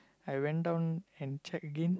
I went down and check again